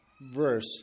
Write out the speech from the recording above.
verse